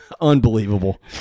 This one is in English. Unbelievable